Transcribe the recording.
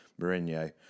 Mourinho